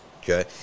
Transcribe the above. Okay